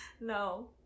No